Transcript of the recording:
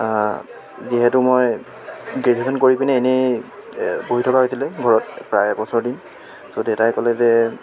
যিহেতু মই গ্ৰেজুৱেশ্যন কৰি পিনে এনেই বহি থকা হৈছিলে ঘৰত প্ৰায় এবছৰ দিন চ' দেতাই ক'লে যে